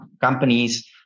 companies